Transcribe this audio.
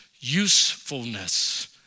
usefulness